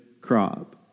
crop